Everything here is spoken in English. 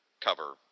cover